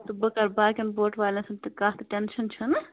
تہٕ بہٕ کَر باقین بوٹہٕ والین سۭتۍ تہِ کَتھ ٹٮ۪نشن چھُنہٕ